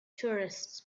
tourists